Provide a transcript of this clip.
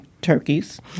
turkeys